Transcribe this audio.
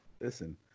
Listen